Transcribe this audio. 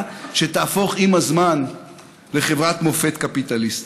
שתהפוך עם הזמן לחברת מופת קפיטליסטית.